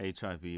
HIV